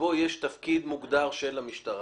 שבו יש תפקיד מוגדר של המשטרה,